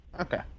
Okay